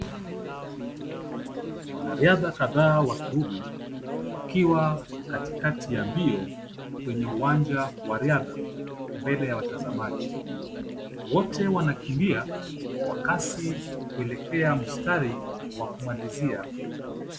Wanariadha kadhaa wa kiume, wakiwa katikati ya mbio kwenye uwanja wa riadha mbele ya watazamaji. Wote wanakimbia kwa kasi kuelekea mstari wa kumalizia.